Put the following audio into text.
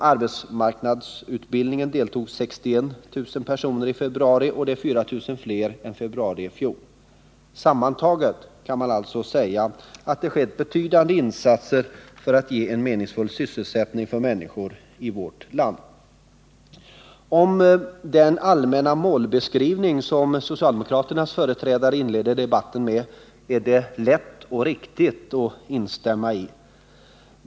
I arbetsmarknadsutbildningen deltog 61 100 personer i februari, och det är 4 000 fler än i februari i fjol. Sammantaget kan man alltså säga att det skett betydande insatser för att ge meningsfull sysselsättning åt människor i vårt land. Den allmänna målbeskrivning som socialdemokraternas företrädare inledde debatten med är det lätt att instämma i.